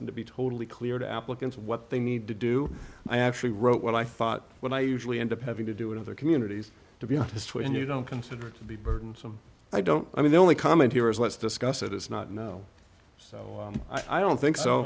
and to be totally clear to applicants what they need to do i actually wrote what i thought when i usually end up having to do it in their communities to be honest when you don't consider it to be burdensome i don't i mean the only comment here is let's discuss it it's not no so i don't think so